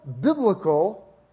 biblical